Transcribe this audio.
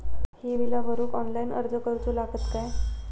ही बीला भरूक ऑनलाइन अर्ज करूचो लागत काय?